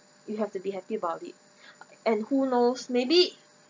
you have to be happy about it and who knows maybe